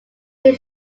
who